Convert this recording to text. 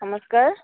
ନମସ୍କାର